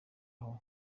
aho